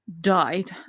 died